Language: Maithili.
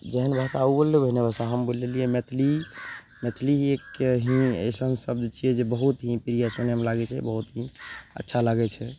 जेहन भाषा उ बोलि लेबयने हम बोलि लेलियै मैथिली मैथिली ही एकके ही अइसन शब्द छियै जे बहुत ही प्रिय सुनयमे लागय छै बहुत ही अच्छा लागय छै